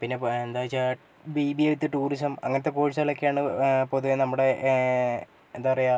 പിന്നെ എന്താണ് വെച്ചാൽ B B A with tourism അങ്ങനത്തെ കോഴ്സുകൾ ഒക്കെയാണ് പൊതുവേ നമ്മുടെ എന്താണ് പറയുക